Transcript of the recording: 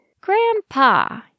grandpa